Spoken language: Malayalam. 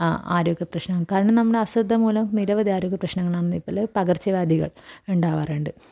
ആ ആരോഗ്യ പ്രശ്നം കാരണം നമ്മുടെ അശ്രദ്ധ മൂലം നിരവധി ആരോഗ്യ പ്രശ്നങ്ങളാണ് ഒന്നുകിൽ പകർച്ചവ്യാധികൾ ഉണ്ടാകാറുണ്ട്